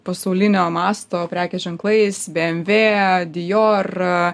pasaulinio masto prekės ženklais bmw dior